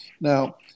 Now